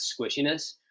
squishiness